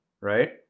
right